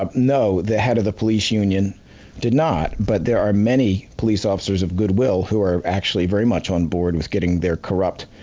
um no, the head of the police union did not, but there are many police officers of good will who are actually very much on board with getting their corrupt